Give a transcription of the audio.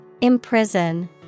Imprison